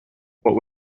what